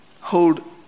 hold